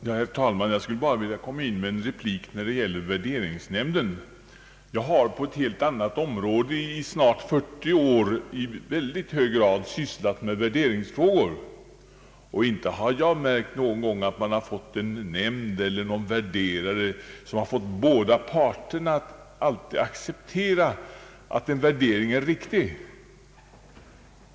Jag skulle bara vilja ge en replik angående värderingsnämnden. Jag har på ett annat område i snart 40 år sysslat med värderingsfrågor, och jag har inte märkt att någon nämnd eller värderare alltid fått båda parterna att acceptera att en värdering är riktig.